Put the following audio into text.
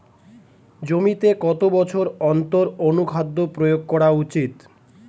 জমিতে কত বছর অন্তর অনুখাদ্য প্রয়োগ করা উচিৎ?